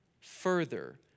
further